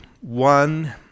One